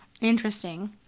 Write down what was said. Interesting